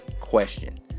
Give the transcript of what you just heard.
question